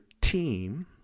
team